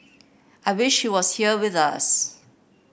I wish she was here with us